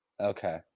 Okay